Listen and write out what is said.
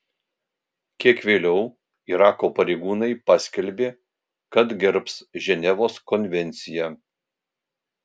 kiek vėliau irako pareigūnai paskelbė kad gerbs ženevos konvenciją